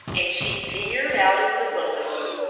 and she peered out of the buggy.